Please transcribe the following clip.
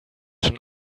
schon